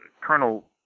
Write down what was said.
Colonel